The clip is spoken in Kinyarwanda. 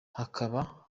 hakaba